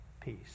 peace